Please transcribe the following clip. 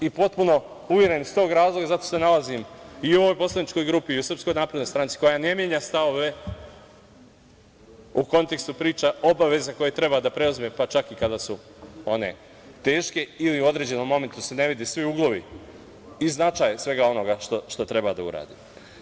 I potpuno uveren, iz tog razloga, zato se i nalazim u ovoj poslaničkoj grupi, SNS, koja ne menja stavove u kontekstu priča obaveza koje treba da preuzme, pa čak kada su one teške, ili u određenom momentu se ne vide svi uglovi i značaj svega onoga što treba da uradi.